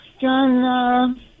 John